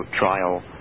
trial